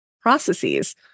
processes